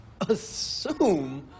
assume